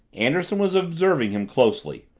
anderson was observing him closely,